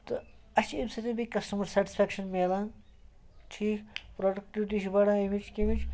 تہٕ اَسہِ چھِ اَمہِ سۭتٮ۪ن بیٚیہِ کَسٹٕمَر سٮ۪ٹٕسفٮ۪کشَن مِلان ٹھیٖک پرٛوڈکٹِوِٹی چھِ بڑان ییٚمِچ کَمِچ